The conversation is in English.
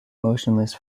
motionless